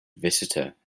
visitor